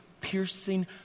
piercing